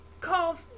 call